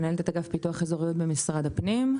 מנהלת את אגף פיתוח אזוריות במשרד הפנים.